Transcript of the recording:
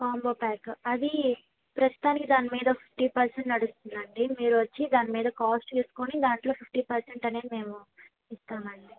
combo pack అది ప్రస్తుతానికి దాని మీద ఫిఫ్టీ పర్సెంట్ నడుస్తుందండి మీరు వచ్చి దాని మీద కాస్ట్ చూసుకొని దాంట్లో ఫిఫ్టీ పర్సెంట్ అనేది మేము ఇస్తామండి